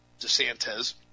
DeSantis